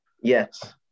Yes